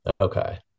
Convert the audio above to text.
okay